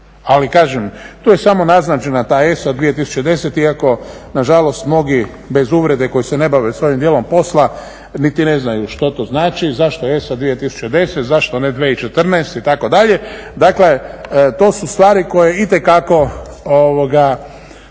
Ali kažem, tu je samo naznačena ta ESA 2010. iako na žalost mnogi bez uvrede koji se ne bave sa ovim dijelom posla niti ne znaju što to znači, zašto ESA 2010. zašto ne 2014. itd. Dakle, to su stvari koje itekako